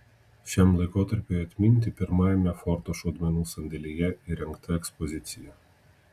šiam laikotarpiui atminti pirmajame forto šaudmenų sandėlyje įrengta ekspozicija